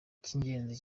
icy’ingenzi